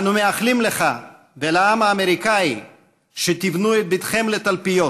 אנו מאחלים לך ולעם האמריקני שתבנו את ביתכם לתלפיות